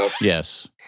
Yes